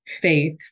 faith